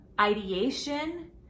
ideation